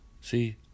See